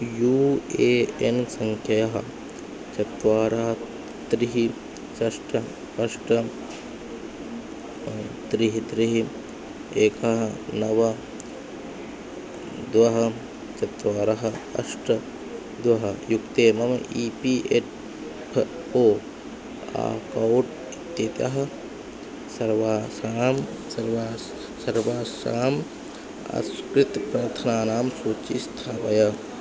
you A N सङ्ख्या चत्वारि त्रीणि षट् अष्ट त्रीणि त्रीणि एकं नव द्वे चत्वारि अष्ट द्वे युक्ते मम E P F O account इत्यतः सर्वासां सर्वासां सर्वासाम् असकृत् प्रार्थनानां सूचीं स्थापय